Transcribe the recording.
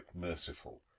merciful